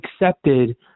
accepted